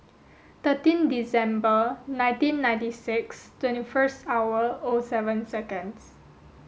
thirteen December nineteen ninety six twenty first hour O seven seconds